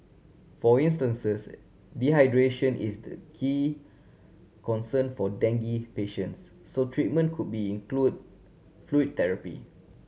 for instances dehydration is the key concern for dengue patients so treatment could be include fluid therapy